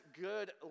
good